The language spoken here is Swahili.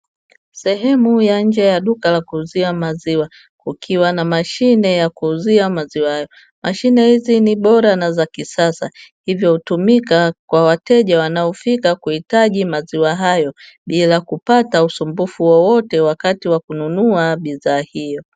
Sehemu ya nje la duka la kuuzia maziwa kukiwa na mashine ya kuuzia maziwa hayo, mashine hizi ni bora na za kisasa hivyo hutumika kwa wateja wanaofika kuhitaji maziwa hayo, bila kupata usumbufu wowote wakati wa kununua bidhaa hiyo.